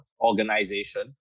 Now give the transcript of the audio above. Organization